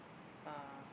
uh